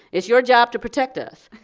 it's your job to protect us